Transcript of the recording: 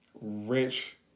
rich